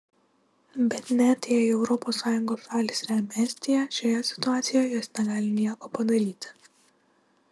bet net jei europos sąjungos šalys remia estiją šioje situacijoje jos negali nieko padaryti